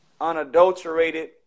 unadulterated